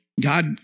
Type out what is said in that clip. God